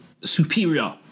superior